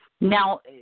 Now